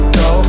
go